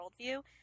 worldview